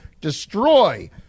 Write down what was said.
destroy